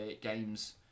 games